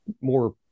more